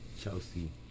Chelsea